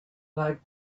like